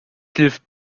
hilft